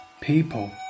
people